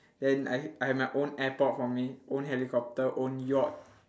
then I I have my own airport for me own helicopter own yacht